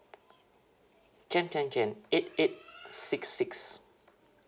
can can can eight eight six six